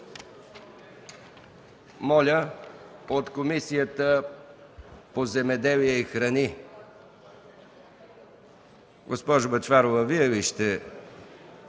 Моля от Комисията по земеделието и храните – госпожо Бъчварова, Вие ли ще